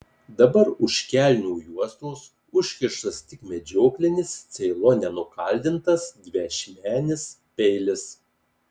dabar už kelnių juostos užkištas tik medžioklinis ceilone nukaldintas dviašmenis peilis